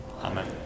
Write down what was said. Amen